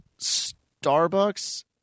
Starbucks